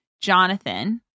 Jonathan